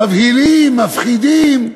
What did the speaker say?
מבהילים, מפחידים.